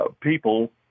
people